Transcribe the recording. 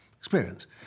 Experience